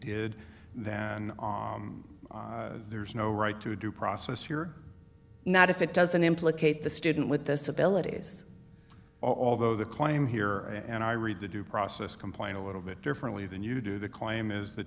that there's no right to due process here not if it doesn't implicate the student with disabilities although the claim here and i read the due process complain a little bit differently than you do the claim is th